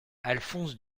alphonse